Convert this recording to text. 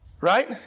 Right